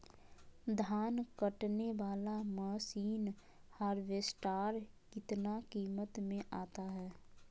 धान कटने बाला मसीन हार्बेस्टार कितना किमत में आता है?